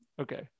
okay